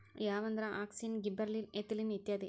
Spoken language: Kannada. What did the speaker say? ಯಾವಂದ್ರ ಅಕ್ಸಿನ್, ಗಿಬ್ಬರಲಿನ್, ಎಥಿಲಿನ್ ಇತ್ಯಾದಿ